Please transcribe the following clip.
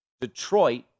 Detroit